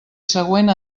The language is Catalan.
següent